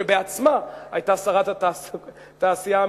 שבעצמה היתה שרת התעשייה,